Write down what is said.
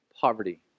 poverty